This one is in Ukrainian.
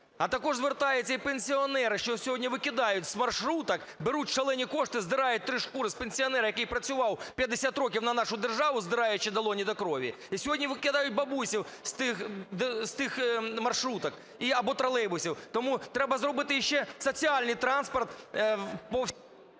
А також звертаються і пенсіонери, що сьогодні викидають з маршруток, беруть шалені кошти, здирають у три шкури з пенсіонера, який працював 50 років на нашу державу, здираючи долоні до крові, і сьогодні викидають бабусю з тих маршруток або тролейбусів. Тому треба зробити ще соціальний транспорт…